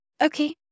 Okay